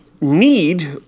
Need